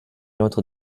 entre